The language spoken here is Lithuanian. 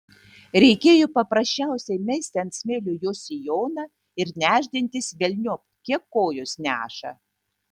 reikėjo paprasčiausiai mesti ant smėlio jos sijoną ir nešdintis velniop kiek kojos neša